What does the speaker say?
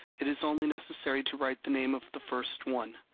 it is only necessary to write the name of the first one.